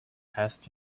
asked